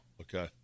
Okay